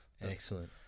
Excellent